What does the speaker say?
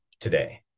today